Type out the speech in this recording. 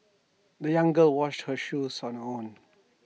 the young girl washed her shoes on her own